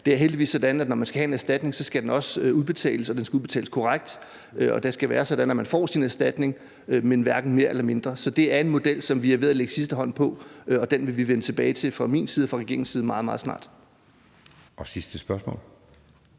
Det er heldigvis sådan, at når man skal have en erstatning, skal den også udbetales, og den skal udbetales korrekt. Og det skal være sådan, at man får sin erstatning, men hverken mere eller mindre. Så det er en model, som vi er ved at lægge sidste hånd på. Og den vil vi vende tilbage til fra min side og fra regeringens side meget, meget snart. Kl.